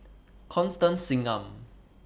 Constance Singam